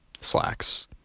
slacks